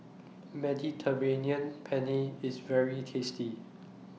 Mediterranean Penne IS very tasty